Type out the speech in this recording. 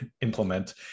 implement